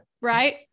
Right